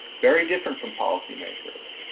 very different from policymakers.